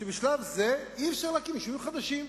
שבשלב זה אי-אפשר להקים יישובים חדשים.